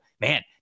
man